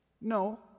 no